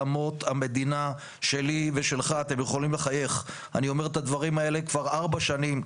כמה תעלה למדינה רעידת אדמה שאולי תקרה חלילה בעוד ארבע או חמש שנים?